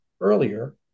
earlier